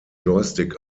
joystick